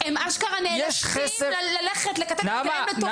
הם אשכרה נאלצים ללכת לכתת את רגליהם -- יש חסר,